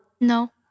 No